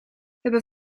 hebben